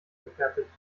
gefertigt